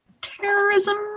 terrorism